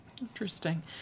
Interesting